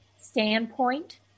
standpoint